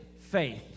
faith